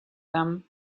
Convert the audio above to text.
them